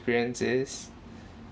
experiences